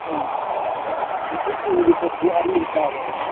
ꯎꯝ ꯍꯧꯖꯤꯛꯇꯤ ꯎꯒꯤ ꯄꯣꯠꯇꯨꯗꯤ ꯑꯔꯤꯕ ꯇꯥꯔꯦꯕ